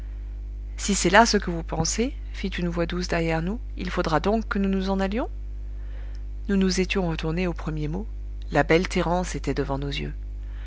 si c'est là ce que vous pensez fit une douce voix derrière nous il faudra donc que nous nous en allions nous nous étions retournés au premier mot la belle thérence était devant nos yeux